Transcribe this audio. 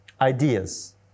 ideas